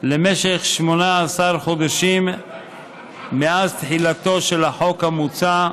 למשך 18 חודשים מאז תחילתו של החוק המוצע,